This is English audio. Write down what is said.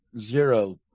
Zero